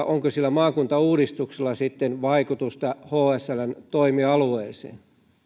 onko sillä maakuntauudistuksella sitten vaikutusta hsln toimialueeseen